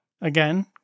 Again